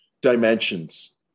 dimensions